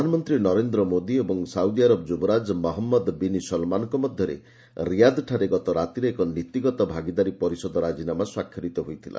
ପ୍ରଧାନମନ୍ତ୍ରୀ ନରେନ୍ଦ୍ର ମୋଦି ଓ ସାଉଦି ଆରବ ଯୁବରାଜ ମହମ୍ମଦ ବିନ୍ ସଲମାନଙ୍କ ମଧ୍ୟରେ ରିୟାଦ୍ଠାରେ ଗତ ରାତିରେ ଏହି ନୀତିଗତ ଭାଗିଦାରୀ ପରିଷଦ ରାଜିନାମା ସ୍ୱାକ୍ଷରିତ ହୋଇଥିଲା